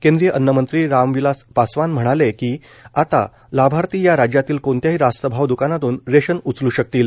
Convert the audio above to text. केंद्रीय अन्नमंत्री रामविलास पासवान म्हणाले की आता लाभार्थी या राज्यांतील कोणत्याही रास्त भाव दकानातून रेशन उचलू शकतील